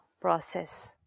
process